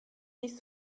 nicht